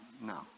No